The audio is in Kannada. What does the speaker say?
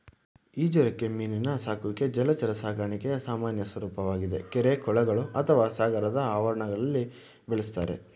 ಈಜುರೆಕ್ಕೆ ಮೀನಿನ ಸಾಕುವಿಕೆ ಜಲಚರ ಸಾಕಣೆಯ ಸಾಮಾನ್ಯ ಸ್ವರೂಪವಾಗಿದೆ ಕೆರೆ ಕೊಳಗಳು ಅಥವಾ ಸಾಗರದ ಆವರಣಗಳಲ್ಲಿ ಬೆಳೆಸ್ತಾರೆ